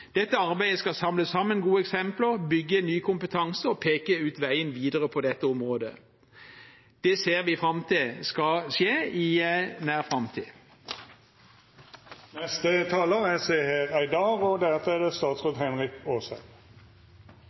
Dette arbeidet skal samle sammen gode eksempler, bygge ny kompetanse og peke ut veien videre på dette området. Det ser vi fram til skal skje i nær framtid. Folk har blitt nødt til å kjempe for både sitt lokalsykehus og